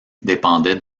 dépendait